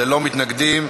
ללא מתנגדים.